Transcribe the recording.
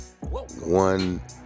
One